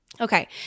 Okay